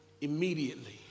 immediately